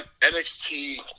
NXT